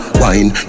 wine